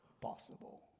possible